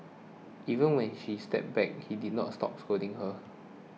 even when she stepped back he didn't stop scolding her